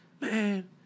man